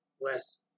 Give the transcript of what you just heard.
less